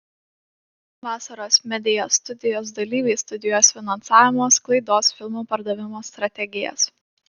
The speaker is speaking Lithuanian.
vasaros media studijos dalyviai studijuos finansavimo sklaidos filmų pardavimo strategijas